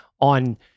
on